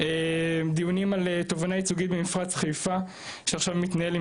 דיונים על תובנה ייצוגית במפרץ חיפה שעכשיו מתנהל עם